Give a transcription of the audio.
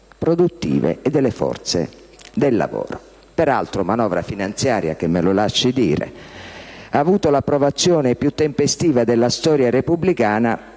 produttive e delle forze del lavoro. Peraltro è una manovra finanziaria che - me lo lasci dire - ha avuto l'approvazione più tempestiva della storia repubblicana